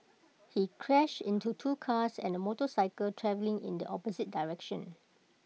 he crashed into two cars and A motorcycle travelling in the opposite direction